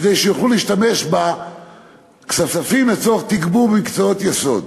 כדי שיוכלו להשתמש בכספים לצורך תגבור מקצועות יסוד.